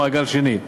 מעגל שני.